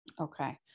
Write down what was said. Okay